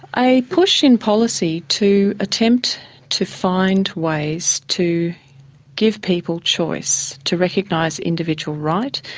a push in policy to attempt to find ways to give people choice, to recognise individual right,